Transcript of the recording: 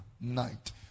night